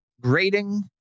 grading